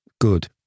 good